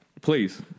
Please